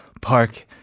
Park